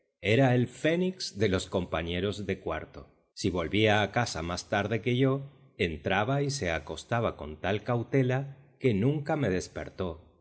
era el fénix de los campañeros de cuarto si volvía a casa más tarde que yo entraba y se acostaba con tal cautela que nunca me despertó